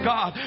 God